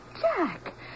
Jack